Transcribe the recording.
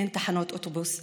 אין תחנות אוטובוס,